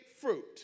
fruit